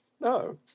No